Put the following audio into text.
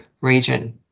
region